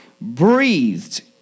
breathed